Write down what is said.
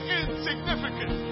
insignificant